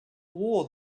war